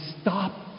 stop